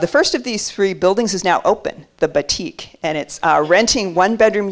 the first of these three buildings is now open the batik and it's renting one bedroom